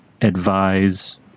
advise